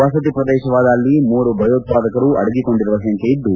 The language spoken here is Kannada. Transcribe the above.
ವಸತಿ ಪ್ರದೇಶವಾದ ಅಲ್ಲಿ ಮೂವರು ಭಯೋತ್ಪಾದಕರು ಅಡಗಿ ಕೊಂಡಿರುವ ಶಂಕೆ ಇದ್ದು